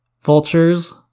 Vultures